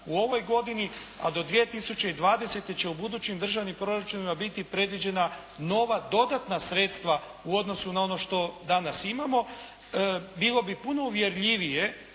u ovoj godini, a do 2020. će u budućim državnim proračunima biti predviđena nova dodatna sredstva u odnosu na ono što danas imamo. Bilo bi puno uvjerljivije